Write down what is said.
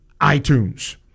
iTunes